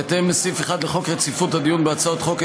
בהתאם לסעיף 1 לחוק רציפות הדיון בהצעות חוק,